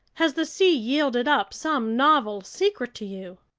has the sea yielded up some novel secret to you?